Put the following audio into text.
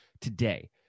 today